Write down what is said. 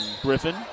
Griffin